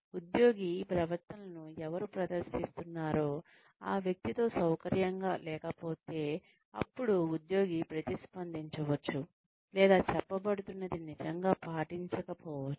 ఉద్యోగి ఈ ప్రవర్తనలను ఎవరు ప్రదర్శిస్తున్నారో ఆ వ్యక్తితో సౌకర్యంగా లేకపోతే అప్పుడు ఉద్యోగి ప్రతిస్పందించవచ్చు లేదా చెప్పబడుతున్నది నిజంగా పాటించకపోవచ్చు